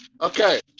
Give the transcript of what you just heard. Okay